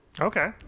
Okay